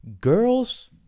Girls